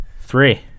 Three